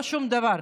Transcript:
לא שום דבר.